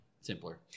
simpler